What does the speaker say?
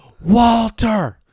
Walter